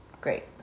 great